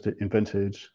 invented